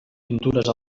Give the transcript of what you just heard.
pintures